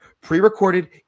pre-recorded